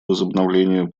возобновлению